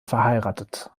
verheiratet